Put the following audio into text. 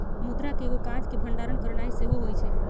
मुद्रा के एगो काज के भंडारण करनाइ सेहो होइ छइ